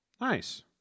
Nice